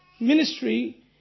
ministry